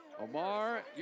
Omar